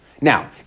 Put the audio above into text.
Now